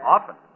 Often